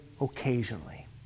occasionally